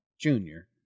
junior